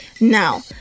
now